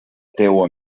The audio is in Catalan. teua